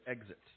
exit